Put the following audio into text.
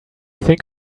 think